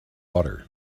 water